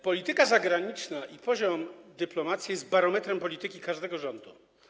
Polityka zagraniczna i poziom dyplomacji jest barometrem polityki każdego rządu.